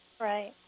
Right